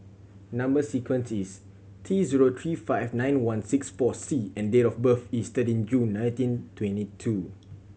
number sequence is T zero three five nine one six four C and date of birth is thirteen June nineteen twenty two